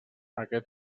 aquest